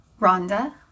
Rhonda